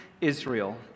Israel